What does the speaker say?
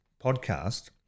podcast